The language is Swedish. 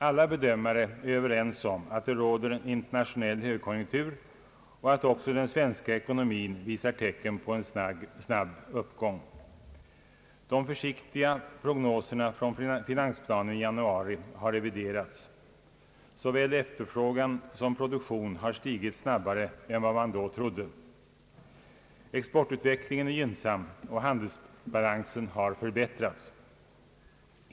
Alla bedömare är överens om att det råder en internationell högkonjunktur och att också den svenska ekonomin visar tecken på en snabb uppgång. De försiktiga prognoserna från finansplanen i januari har reviderats. Såväl efterfrågan som produktion har stigit snabbare än vad man då trodde. Exportutvecklingen är gynnsam. Handelsbalansen har förbättrats.